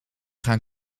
gaan